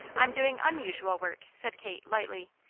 i'm doing unusual work, said kate, lightly.